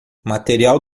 material